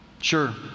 Sure